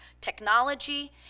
technology